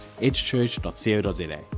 edgechurch.co.za